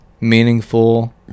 meaningful